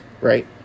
Right